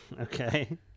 Okay